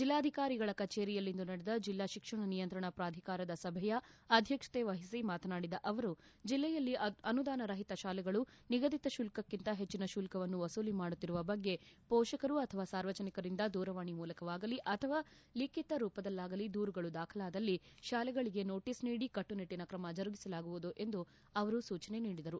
ಜಿಲ್ಲಾಧಿಕಾರಿಗಳ ಕಚೇರಿಯಲ್ಲಿಂದು ನಡೆದ ಜಿಲ್ಲಾ ತಿಕ್ಷಣ ನಿಯಂತ್ರಣ ಪ್ರಾಧಿಕಾರದ ಸಭೆಯ ಅಧ್ಯಕ್ಷತೆವಹಿಸಿ ಮಾತನಾಡಿದ ಅವರು ಜಿಲ್ಲೆಯಲ್ಲಿ ಅನುದಾನ ರಹಿತ ಶಾಲೆಗಳು ನಿಗಧಿತ ಶುಲ್ಕಕಿಂತ ಹೆಚ್ಚನ ಶುಲ್ಕವನ್ನು ವಸೂಲಿ ಮಾಡುತ್ತಿರುವ ಬಗ್ಗೆ ಮೋಷಕರು ಅಥವಾ ಸಾರ್ವಜನಿಕರಿಂದ ದೂರವಾಣಿ ಮೂಲಕವಾಗಲಿ ಅಥವಾ ಲಿಖಿತ ರೂಪದಲ್ಲಾಗಲಿ ದೂರುಗಳು ದಾಖಲಾದಲ್ಲಿ ಶಾಲೆಗಳಿಗೆ ನೋಟೀಸ್ ನೀಡಿ ಕಟ್ಟುನಿಟ್ಟನ ಕ್ರಮ ಜರುಗಿಸಲಾಗುವುದು ಎಂದು ಅವರು ಸೂಚನೆ ನೀಡಿದರು